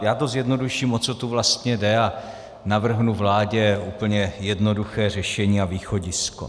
Já to zjednoduším, o co tu vlastně, jde a navrhnu vládě úplně jednoduché řešení a východisko.